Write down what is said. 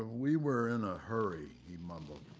ah we were in a hurry, he mumbled.